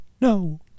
no